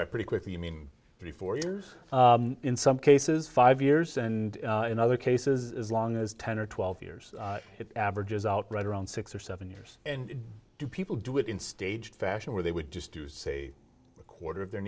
by pretty quickly i mean three four years in some cases five years and in other cases as long as ten or twelve years it averages out right around six or seven years and do people do it in staged fashion where they would just do say a quarter of their